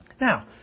Now